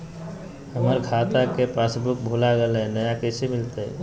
हमर खाता के पासबुक भुला गेलई, नया कैसे मिलतई?